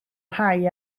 rhai